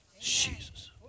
Jesus